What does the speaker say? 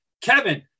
Kevin